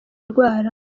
ndwara